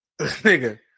nigga